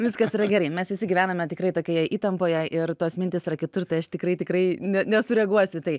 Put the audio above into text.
viskas yra gerai mes visi gyvename tikrai tokioje įtampoje ir tos mintys yra kitur tai aš tikrai tikrai ne nesureaguosiu į tai